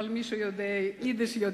אבל מי שיודע יידיש,